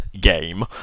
game